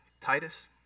Titus